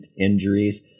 injuries